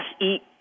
eat